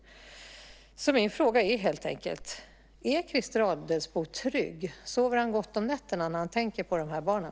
Min fråga är helt enkelt: Är Christer Adelsbo trygg? Sover han gott om nätterna när han tänker på de här barnen?